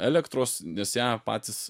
elektros nes ją patys